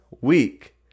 week